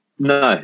No